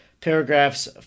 paragraphs